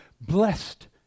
Blessed